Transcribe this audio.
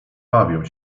bawię